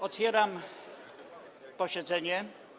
Otwieram posiedzenie.